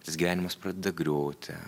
tas gyvenimas pradeda griūti